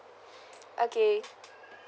okay